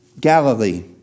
Galilee